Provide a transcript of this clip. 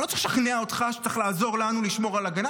אני לא צריך לשכנע אותך שצריך לעזור לנו לשמור על הגנה,